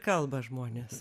kalba žmonės